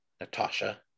Natasha